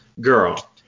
Girl